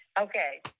okay